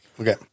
okay